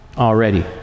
already